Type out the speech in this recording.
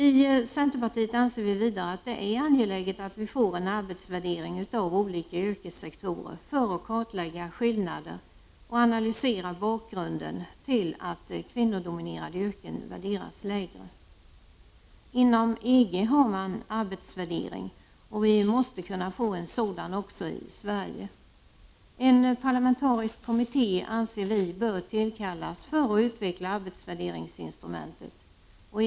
Vi i centerpartiet anser vidare att det är angeläget att det sker en arbetsvärdering av olika yrkessektorer för att skillnader skall kartläggas och för att bakgrunden till att kvinnodominerade yrken värderas lägre skall analyseras. Inom EG har man arbetsvärdering. Vi måste kunna få en sådan också i Sverige. Vi anser att en parlamentarisk kommitté bör tillkallas för att utveckla arbetsvärderingsinstrumentet.